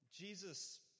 Jesus